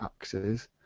axes